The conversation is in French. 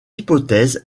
hypothèse